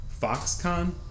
Foxconn